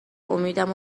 امیدم